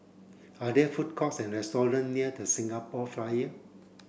are there food courts and restaurants near The Singapore Flyer